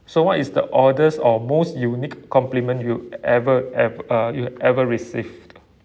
so what is the orders or most unique compliment you ever have uh you ever received